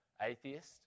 atheist